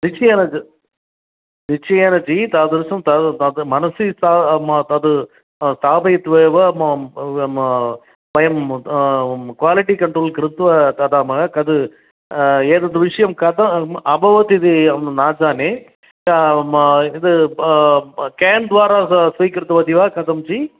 निश्चयेन निश्चयेन जी तादृशं तद् तद् मनसि ता तद् स्थापयित्वा एव वयं क्वालिटि कण्ट्रोल् कृत्वा ददामः तद् एतद् विषयं कथं अभवत् इति अहं न जाने क्यान्द्वारा स् स्वीकृतवती वा कथं जी